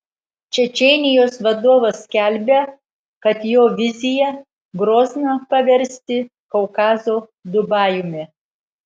čečėnijos vadovas skelbia kad jo vizija grozną paversti kaukazo dubajumi